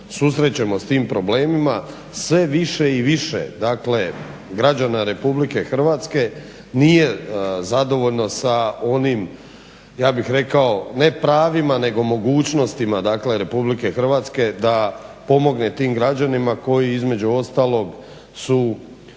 susrećemo sa tim problemima sve više i više, dakle građana Republike Hrvatske nije zadovoljno sa onim ja bih rekao ne pravima nego mogućnostima, dakle Republike Hrvatske da pomogne tim građanima koji između ostalog su